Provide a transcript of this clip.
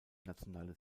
nationale